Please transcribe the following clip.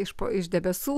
iš po iš debesų